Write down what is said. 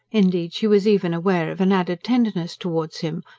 indeed, she was even aware of an added tenderness towards him,